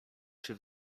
czy